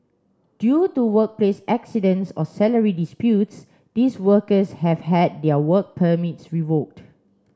due to workplace accidents or salary disputes these workers have had their work permits revoked